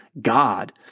God